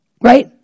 right